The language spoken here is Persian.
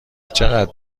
چقدر